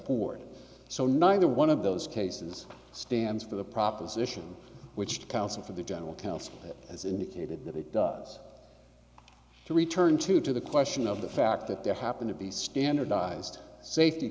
poor so neither one of those cases stands for the proposition which the counsel for the general counsel has indicated that it does to return to to the question of the fact that there happen to be standardized safety